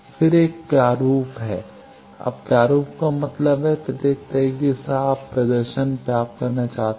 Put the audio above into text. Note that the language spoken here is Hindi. फिर एक प्रारूप है अब प्रारूप का मतलब है प्रत्येक तरीके से आप प्रदर्शन प्राप्त करना चाहते हैं